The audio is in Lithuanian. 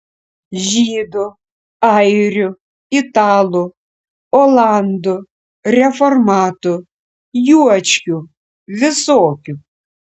žydų airių italų olandų reformatų juočkių visokių